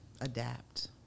Adapt